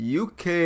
UK